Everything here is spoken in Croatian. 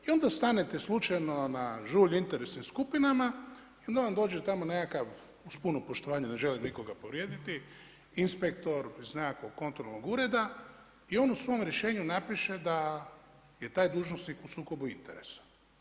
I onda stanete slučajno na žulj interesnim skupinama i onda vam dođe tamo nekakav, uz puno poštovanje, ne želim nikoga povrijediti, inspektor iz nekakvog kontrolnog ureda i on u svom rješenju napiše da je taj dužnosnik u sukobu interesa.